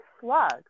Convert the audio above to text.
Slug